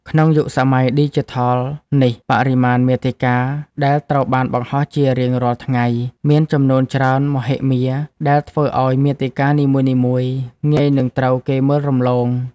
ក្នុងយុគសម័យឌីជីថលនេះ បរិមាណមាតិកាដែលត្រូវបានបង្ហោះជារៀងរាល់ថ្ងៃមានចំនួនច្រើនមហិមា ដែលធ្វើឱ្យមាតិកានីមួយៗងាយនឹងត្រូវគេមើលរំលង។